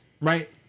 Right